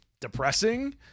Depressing